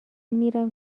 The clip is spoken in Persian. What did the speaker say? میرم